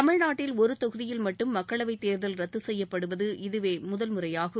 தமிழ்நாட்டில் ஒரு தொகுதியில் மட்டும் மக்களவைத் தேர்தல் ரத்து செய்யப்படுவது இதுவே முதல்முறையாகும்